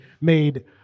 made